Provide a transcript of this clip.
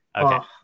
Okay